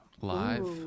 live